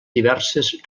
diverses